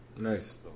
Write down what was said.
Nice